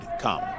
come